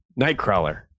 Nightcrawler